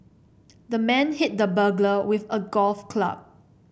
the man hit the burglar with a golf club